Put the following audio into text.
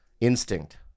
Instinct